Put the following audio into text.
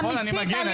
נכון, אני מגן.